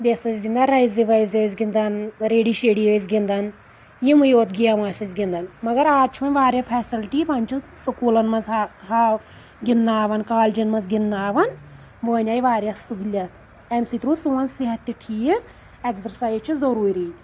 بیٚیہِ ہسا ٲسۍ گِنٛدان رَزِ وَزِ گِندان رٔڑی شٔڑی ٲسۍ گِندان یِممے یوت گیمہٕ ٲسۍ أسۍ گِندان مگر آز چھُ وۄنۍ واریاہ فیسلٹی وَنہِ چھُ سکوٗلَن منز ہاو گِندناوان کَلجٮ۪ن منٛز گِندناوان وۄنۍ آیہِ واریاہ سہوٗلِیت امہِ سۭتۍ روٗد سون صحت تہِ ٹھیٖک اؠگزَرسایِز چھ ضروٗری